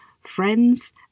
friends